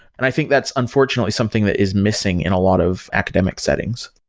i think that's unfortunately something that is missing in a lot of academic settings.